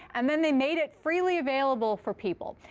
and then they made it freely available for people.